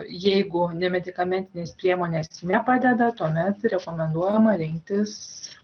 jeigu nemedikamentinės priemonės nepadeda tuomet rekomenduojama rinktis